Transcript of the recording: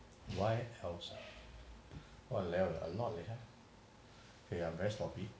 what else ah !waliao! a lot leh ha okay I'm very sloppy